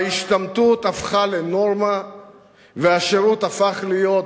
ההשתמטות הפכה לנורמה והשירות הפך להיות